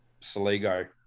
Saligo